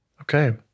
Okay